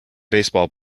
baseball